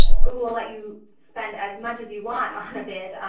google will let you spend as much as you want on a bid.